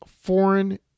foreign